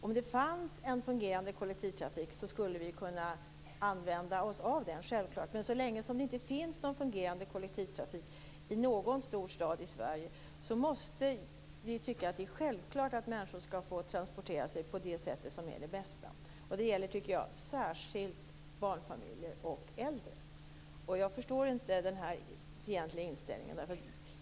Om det fanns en fungerande kollektivtrafik skulle vi självfallet kunna använda oss av den, men så länge det inte finns en fungerande kollektivtrafik i någon stor stad i Sverige måste vi tycka att det är självklart att människor skall få transportera sig på det sätt som är det bästa. Det gäller särskilt barnfamiljer och äldre. Jag förstår inte den här fientliga inställningen.